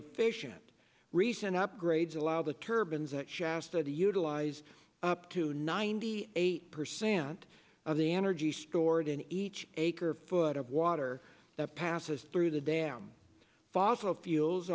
efficient recent upgrades allow the turbans that shasta the utilized up to ninety eight percent of the energy stored in each acre foot of water that passes through the dam fossil fuels